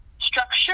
structure